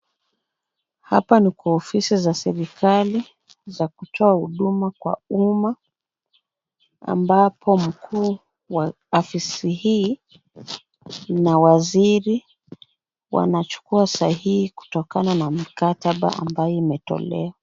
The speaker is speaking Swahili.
Hapa ni kwa ofisi za serikali za kutoa huduma kwa umma, ambapo mkuu wa afisi hii. Ina waziri wanachukua sahihi kutokana na mkataba ambayo imetolewa.